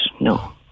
No